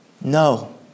no